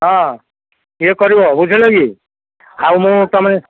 ହଁ ଇଏ କରିବ ବୁଝିଲ କି ଆଉ ମୁଁ ତୁମେ